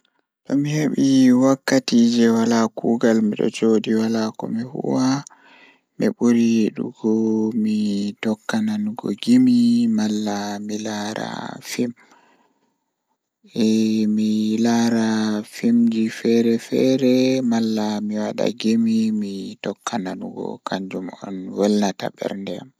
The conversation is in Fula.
Tomi heɓi kuugal jei mi Wala wakkati miɗon So miɗo heɓi jam, miɗo yiɗi waɗde caɗeele kadi naatude e waɗde goɗɗum. Miɗo yiɗi wiiɗde caɗeele kadi mi yeddi ko waawugol yi'ude leydi maɓɓe.